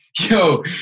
yo